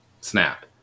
snap